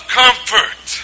comfort